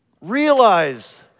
Realize